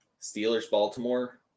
Steelers-Baltimore